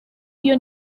iyo